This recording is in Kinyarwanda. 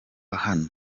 hano